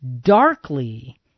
darkly